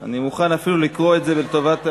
אני מוכן אפילו לקרוא את זה לטובת המעוניינים,